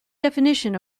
definition